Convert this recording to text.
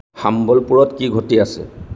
সাম্বলপুৰত কি ঘটি আছে